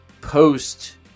post